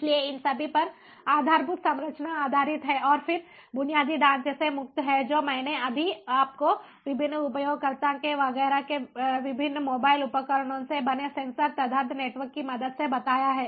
इसलिए इन सभी पर आधारभूत संरचना आधारित है और फिर बुनियादी ढांचे से मुक्त है जो मैंने अभी आपको विभिन्न उपयोगकर्ताओं के वगैरह के विभिन्न मोबाइल उपकरणों से बने सेंसर तदर्थ नेटवर्क की मदद से बताया है